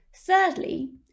Thirdly